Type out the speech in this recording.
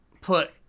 put